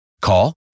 Call